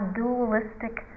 dualistic